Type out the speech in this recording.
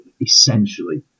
essentially